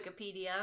Wikipedia